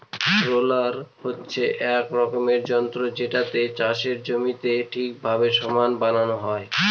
roller হচ্ছে এক রকমের যন্ত্র যেটাতে চাষের মাটিকে ঠিকভাবে সমান বানানো হয়